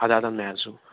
اَدٕ ہا اَدٕ ہا زوٗ